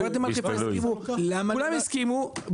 כולם הסכימו,